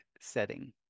setting